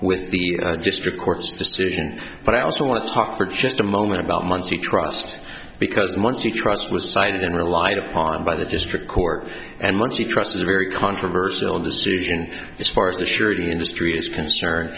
with the district court's decision but i also want to talk for just a moment about muncie trust because once you trust was cited and relied upon by the district court and once you trust is a very controversial decision as far as the surety industry is concerned